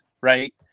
right